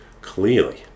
clearly